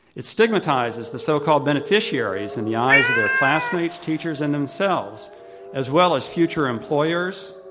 it stigmatizes the so called beneficiaries in the eyes of their classmates, teachers, and themselves as well as future employers,